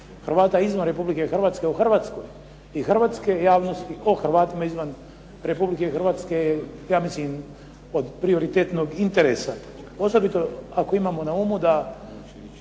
Hrvata izvan Republike Hrvatske u Hrvatskoj i hrvatske javnosti o Hrvatima izvan Republike Hrvatske je ja mislim od prioritetnog interesa, osobito ako imamo na umu da